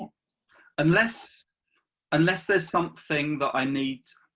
unless unless there's something that i need,